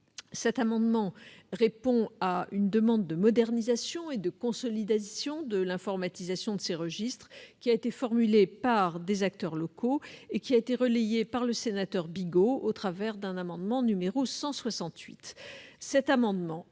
Cet amendement vise à répondre à une demande de modernisation et de consolidation de l'informatisation de ces registres formulée par des acteurs locaux et relayée par le sénateur Jacques Bigot au travers d'un amendement n° 168.